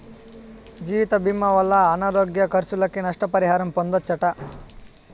జీవితభీమా వల్ల అనారోగ్య కర్సులకి, నష్ట పరిహారం పొందచ్చట